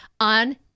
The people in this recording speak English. on